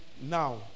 now